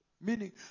Meaning